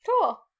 Cool